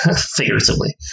figuratively